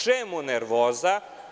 Čemu nervoza?